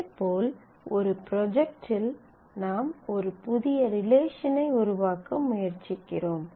இதேபோல் ஒரு ப்ரொஜெக்ட்ல் நாம் ஒரு புதிய ரிலேஷன் ஐ உருவாக்க முயற்சிக்கிறோம்